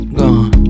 gone